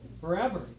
Forever